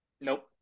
Nope